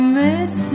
miss